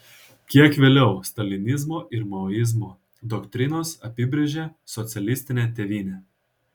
kiek vėliau stalinizmo ir maoizmo doktrinos apibrėžė socialistinę tėvynę